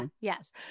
yes